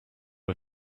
are